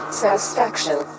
satisfaction